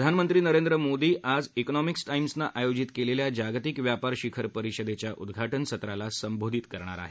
प्रधानमंत्री नरेंद्र मोदी आज इकोनॉमिक्स टाइम्सनं आयोजित केलेल्या जागतिक व्यापार शिखर परिषदेच्या उद्घाटन सत्राला संबोधित करणार आहेत